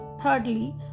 Thirdly